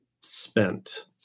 spent